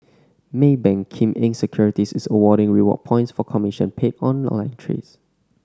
Maybank Kim Eng Securities is awarding reward points for commission paid on online trades